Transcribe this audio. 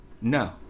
No